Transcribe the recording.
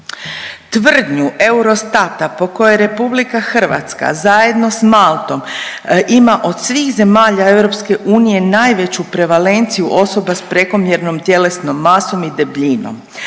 tvrdnju Eurostata po kojoj RH zajedno s Maltom ima od svih zemalja EU najveću prevalenciju osoba s prekomjernom tjelesnom masom i debljinom.